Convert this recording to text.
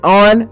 on